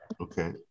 Okay